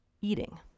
Eating